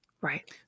Right